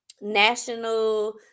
national